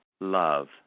love